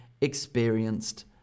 experienced